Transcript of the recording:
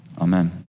Amen